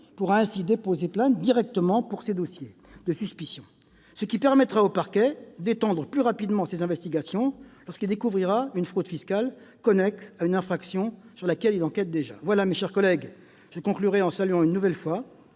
pourra ainsi déposer plainte directement pour ces dossiers de suspicion de fraude fiscale, ce qui permettra au parquet d'étendre plus rapidement ses investigations lorsqu'il découvrira une fraude fiscale connexe à une infraction sur laquelle il enquête déjà. Mes chers collègues, je salue une nouvelle fois